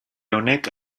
honek